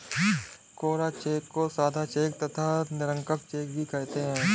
कोरा cheque को सादा cheque तथा निरंक चेक भी कहते हैं